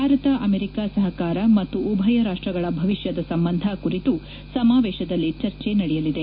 Bharat America ಸಹಕಾರ ಮತ್ತು ಉಭಯ ರಾಷ್ಟ್ಗಳ ಭವಿಷ್ಯದ ಸಂಬಂಧ ಕುರಿತು ಸಮಾವೇಶದಲ್ಲಿ ಚರ್ಚೆ ನಡೆಯಲಿದೆ